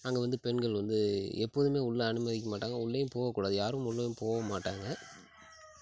அங்கேவந்து பெண்கள் வந்து எப்போதுமே உள்ளே அனுமதிக்க மாட்டாங்க உள்ளேயும் போகக்கூடாது யாரும் உள்ளேயும் போகவும் மாட்டாங்க